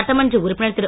சட்டமன்ற உறுப்பினர் திரு